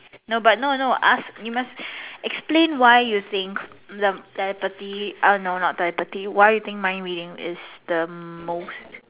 no but no no ask you must explain why telepathy no not telepathy why you think mind reading is the most